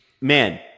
Man